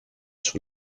sur